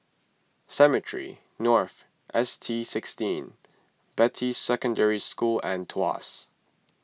Cemetry North S T sixteen Beatty Secondary School and Tuas